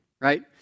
right